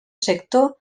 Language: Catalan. sector